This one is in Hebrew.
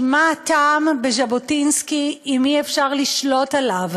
כי מה הטעם בז'בוטינסקי אם אי-אפשר לשלוט עליו?